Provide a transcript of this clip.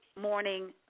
morning